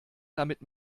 damit